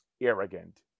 arrogant